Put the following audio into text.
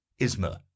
isma